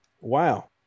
Wow